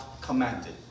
commanded